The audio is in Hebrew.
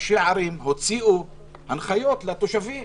ראשי הערים הוציאו הנחיות לתושבים,